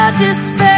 despair